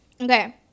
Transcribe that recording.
Okay